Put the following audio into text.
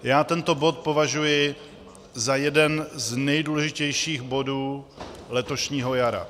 Já tento bod považuji za jeden z nejdůležitějších bodů letošního jara.